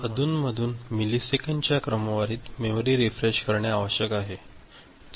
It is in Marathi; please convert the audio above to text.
तर अधूनमधून मिलिसेकंदच्या क्रमवारीत मेमरी रीफ्रेश करणे आवश्यक आहे